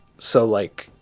so, like,